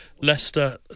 Leicester